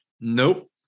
nope